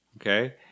okay